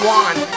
one